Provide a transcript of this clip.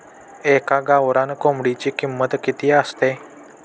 एका गावरान कोंबडीची किंमत किती असते?